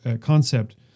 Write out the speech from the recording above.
concept